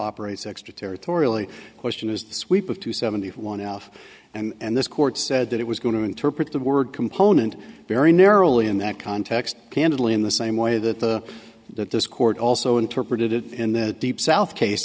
operates extraterritorial question is the sweep of two seventy one alf and this court said that it was going to interpret the word component very narrowly in that context candidly in the same way that the that this court also interpreted it in the deep south case